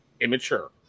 immature